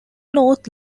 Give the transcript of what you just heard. north